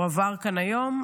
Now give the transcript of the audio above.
הוא עבר כאן היום.